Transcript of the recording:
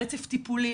רצף טיפולי,